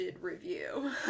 review